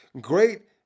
Great